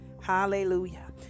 hallelujah